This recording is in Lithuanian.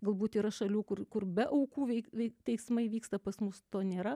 galbūt yra šalių kur kur be aukų veik vei teismai vyksta pas mus to nėra